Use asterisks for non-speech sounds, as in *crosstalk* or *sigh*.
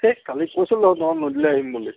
হেহ কালি কৈছিলো দেখোন *unintelligible* নদীলৈ আহিম বুলি